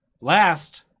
Last